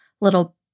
little